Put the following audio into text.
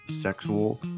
sexual